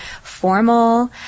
formal